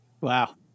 Wow